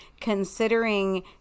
considering